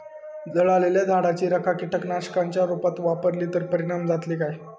जळालेल्या झाडाची रखा कीटकनाशकांच्या रुपात वापरली तर परिणाम जातली काय?